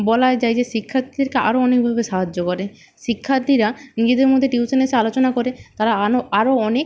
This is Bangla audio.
বলা যায় যে শিক্ষার্থীদেরকে আরও অনেকভাবে সাহায্য করে শিক্ষার্থীরা নিজেদের মধ্যে টিউশানে এসে আলোচনা করে তারা আরও অনেক